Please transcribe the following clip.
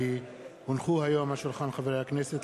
כי הונחו היום על שולחן הכנסת,